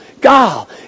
God